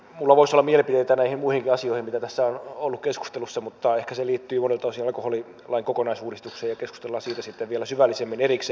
minulla voisi olla mielipiteitä näihin muihinkin asioihin mitä tässä on ollut keskustelussa mutta ehkä ne liittyvät monilta osin alkoholilain kokonaisuudistukseen ja keskustellaan siitä sitten vielä syvällisemmin erikseen